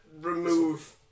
remove